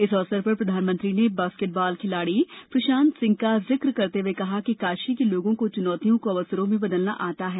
इस अवसर पर प्रधानमंत्री ने बास्केट बाल खिलाड़ी प्रशांत सिंह का जिक्र करते हुए कहा कि काशी के लोगों को चुनौतियों को अवसरों में बदलना आता है